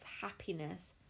happiness